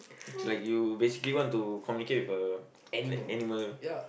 it's like you basically want to communicate with uh like animal